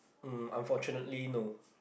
um unfortunately no